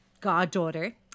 goddaughter